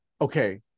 okay